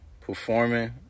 Performing